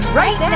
right